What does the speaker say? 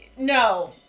No